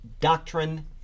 doctrine